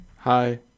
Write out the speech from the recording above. Hi